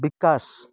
ବିକାଶ